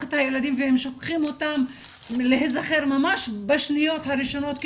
את הילדים ואם שוכחים אותם להיזהר ממש בשניות הראשונות,